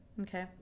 Okay